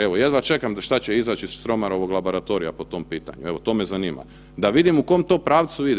Evo, jedva čekam šta će izaći iz Štromarovog laboratorija po tom pitanju, evo to me zanima, da vidim u kom to pravcu ide.